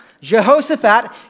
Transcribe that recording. Jehoshaphat